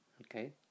Okay